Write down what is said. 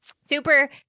super